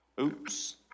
Oops